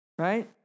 Right